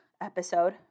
episode